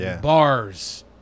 Bars